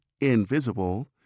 invisible